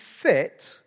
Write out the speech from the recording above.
fit